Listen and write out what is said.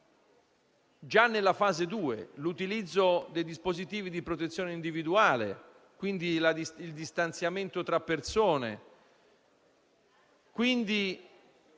già nella fase 2) ovvero l'utilizzo dei dispositivi di protezione individuale, il distanziamento tra persone,